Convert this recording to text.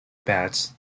beds